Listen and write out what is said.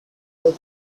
paler